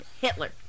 Hitler